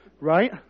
right